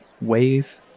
ways